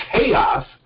chaos